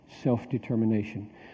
self-determination